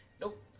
nope